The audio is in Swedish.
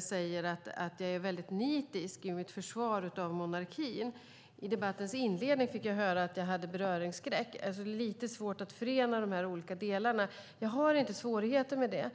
säger att jag är väldigt nitisk i mitt försvar av monarkin. I debattens inledning fick jag höra att jag hade beröringsskräck. Det är lite svårt att förena de här olika delarna. Jag har inte svårigheter med det.